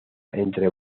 entre